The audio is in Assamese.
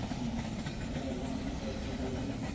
হয় হয় অঁ তাতে এক্সামো নিশ্চয় ওচৰ পালেহি